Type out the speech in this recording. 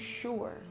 sure